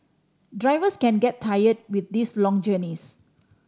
drivers can get tired with these long journeys